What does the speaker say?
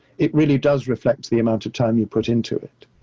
it really does reflect the amount of time you put into it.